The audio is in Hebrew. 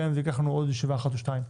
גם אם זה ייקח לנו עוד ישיבה אחת או שתיים.